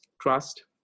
trust